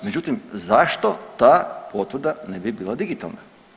Međutim, zašto ta potvrda ne bi bila digitalna?